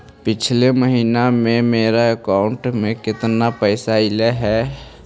पिछले महिना में मेरा अकाउंट में केतना पैसा अइलेय हे?